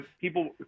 people